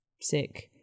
sick